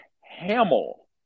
Hamill